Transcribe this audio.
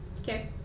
Okay